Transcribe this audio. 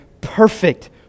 perfect